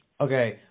Okay